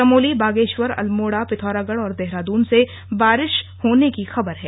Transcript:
चमोली बागेश्वर अल्मोड़ा पिथौरागढ़ और देहरादून से बारिश होने की खबर है